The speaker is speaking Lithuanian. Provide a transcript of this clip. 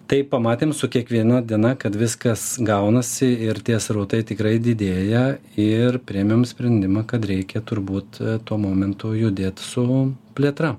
tai pamatėm su kiekviena diena kad viskas gaunasi ir tie srautai tikrai didėja ir priėmėm sprendimą kad reikia turbūt tuo momentu judėt su plėtra